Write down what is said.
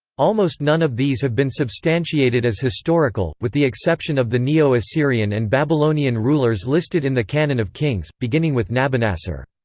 almost none of these have been substantiated as historical, with the exception of the neo-assyrian and babylonian rulers listed in the canon of kings, beginning with nabonassar.